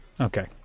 Okay